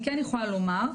אני כן יכולה לומר,